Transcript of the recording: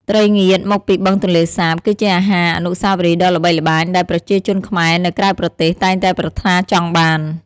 ត្រីងៀតមកពីបឹងទន្លេសាបគឺជាអាហារអនុស្សាវរីយ៍ដ៏ល្បីល្បាញ ដែលប្រជាជនខ្មែរនៅក្រៅប្រទេសតែងតែប្រាថ្នាចង់បាន។